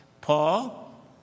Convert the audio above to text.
Paul